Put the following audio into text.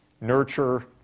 nurture